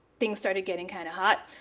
things started getting kind of hot.